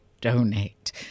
donate